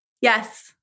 Yes